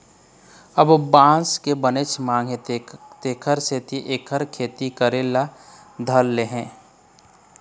अब बांस के बनेच मांग हे तेखर सेती एखर खेती करे ल धर ले हे